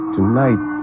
Tonight